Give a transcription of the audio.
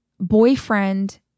boyfriend